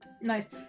Nice